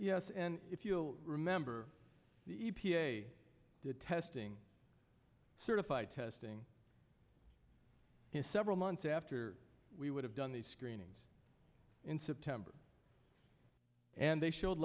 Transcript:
yes and if you'll remember the testing certified testing in several months after we would have done these screenings in september and they showed